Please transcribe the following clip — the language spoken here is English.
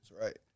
right